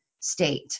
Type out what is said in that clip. state